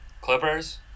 Clippers